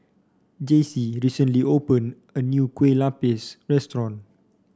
Jace recently opened a new Kue Lupis restaurant